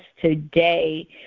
today